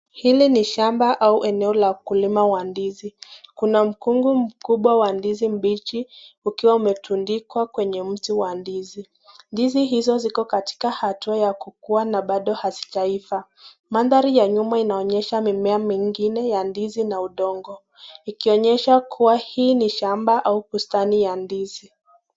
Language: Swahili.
Hili ni shamba au eneo la ukulima wa ndizi, kuna mkongo mkubwa wa ndizi mbichi ukiwa umetundikwa kwenye mti wa ndizi, ndizi hizo ziko katika hatua ya kukua na bado hazijaiva, mandhari ya nyuma inaonyesha mimea mengine ya ndizi na udongo, ikionyesha kuwa hii ni shamba au bustani ya ndizi.